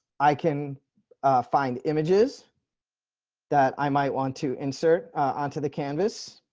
i can find images that i might want to insert onto the canvas.